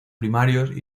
primarios